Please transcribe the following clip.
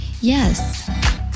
yes